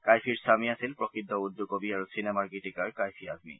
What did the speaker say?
কাইফীৰ স্বামী আছিল প্ৰসিদ্ধ উৰ্দু কবি আৰু চিনেমাৰ গীতিকাৰ কাইফী আজমী